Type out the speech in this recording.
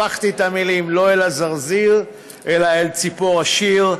הפכתי את המילים: לא אל הזרזיר אלא אל ציפור השיר,